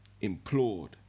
implored